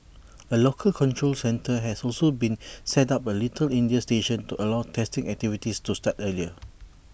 A local control centre has also been set up at little India station to allow testing activities to start earlier